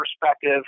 perspective